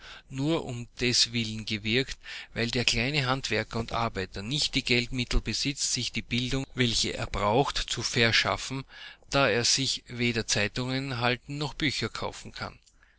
nur um deswillen gewirkt weil der kleine handwerker und arbeiter nicht die geldmittel besitzt sich die bildung welche er braucht zu verschaffen da er sich weder zeitungen halten noch bücher kaufen kann